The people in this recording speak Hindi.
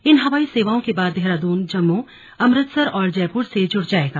इन हवाई सेवाओं के बाद देहरादून जम्मू अमृतसर और जयपूर से जुड़ जाएगा